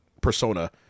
persona